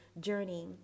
journey